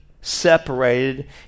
separated